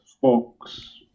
Fox